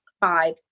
five